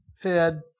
head